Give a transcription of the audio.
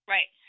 Right